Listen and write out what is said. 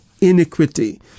iniquity